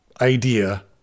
idea